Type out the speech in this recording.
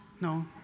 no